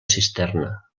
cisterna